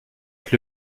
être